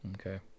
Okay